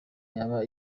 yaba